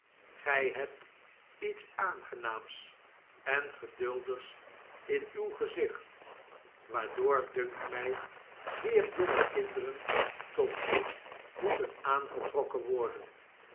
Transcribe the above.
gij hebt iets aangenaams en geduldigs in uw gezicht waardoor dunkt mij zeer jonge kinderen tot u moeten aangetrokken worden